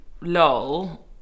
lol